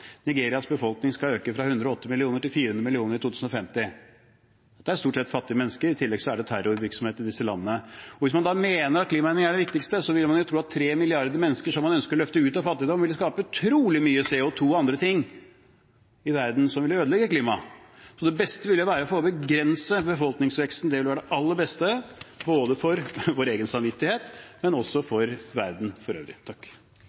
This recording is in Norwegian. Nigerias befolkning skal øke fra 108 millioner til 400 millioner i 2050. Det er stort sett fattige mennesker. I tillegg er det terrorvirksomhet i disse landene. Og hvis man mener at klimaendringer er det viktigste, ville man jo tro at 3 milliarder mennesker som man ønsker å løfte ut av fattigdom, ville skape utrolig mye CO2 og andre ting i verden som ville ødelegge klimaet. Så det beste ville være å begrense befolkningsveksten. Det ville være det aller beste for vår egen samvittighet, men også for verden for øvrig.